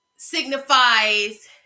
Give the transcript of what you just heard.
Signifies